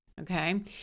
okay